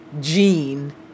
gene